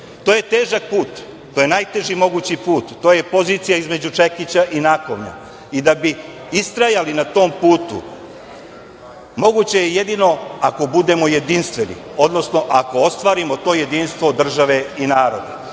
To je težak put, to je najteži mogući put, to je pozicija između čekića i nakovnja. Da bi istrajali na tom putu moguće je jedino ako budemo jedinstveni, odnosno ako ostvarimo to jedinstvo države i